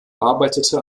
arbeitete